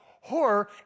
horror